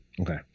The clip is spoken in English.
Okay